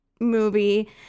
movie